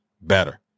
better